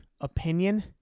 opinion